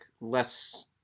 less